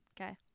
Okay